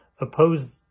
opposed